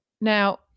now